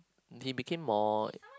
he became more